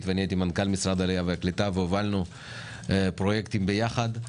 ואני הייתי מנכ"ל משרד העלייה והקליטה והובלנו פרויקטים ביחד.